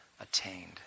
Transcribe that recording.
attained